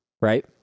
right